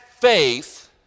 faith